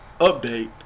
update